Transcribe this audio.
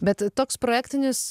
bet toks projektinis